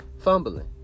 fumbling